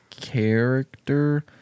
Character